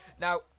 Now